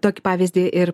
tokį pavyzdį ir